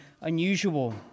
unusual